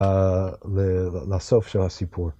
לסוף של הסיפור.